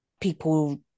people